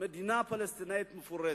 מדינה פלסטינית מפורזת.